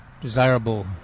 desirable